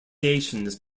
nations